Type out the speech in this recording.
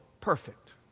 perfect